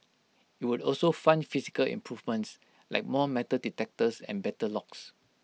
IT would also fund physical improvements like more metal detectors and better locks